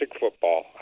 football